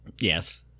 Yes